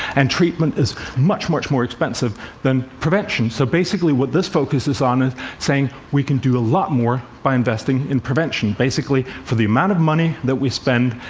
and treatment is much, much more expensive than prevention. so basically, what this focuses on is saying, we can do a lot more by investing in prevention. basically for the amount of money that we spend,